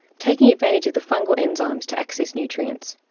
taking advantage of the fungal enzymes to access nutrients.